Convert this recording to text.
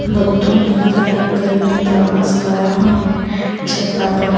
બધું નિર્ધારણ કરીને પ્રવાસ ગયા હોય ને છતાં પણ